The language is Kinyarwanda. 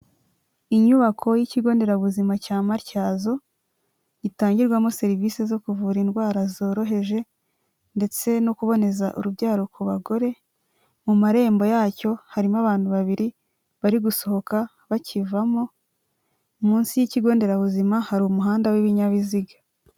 Inyubako y'ikigo nderabuzima cya Matyazo, gitangirwamo serivisi zo kuvura indwara zoroheje, ndetse no kuboneza urubyaro ku bagore, mu marembo yacyo harimo abantu babiri bari gusohoka bakivamo munsi y'ikigo nderabuzima hari umuhanda w'ibinyabiziga.